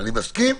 אני מסכים,